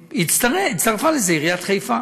הצטרפה לזה עיריית חיפה.